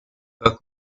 как